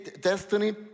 destiny